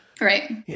Right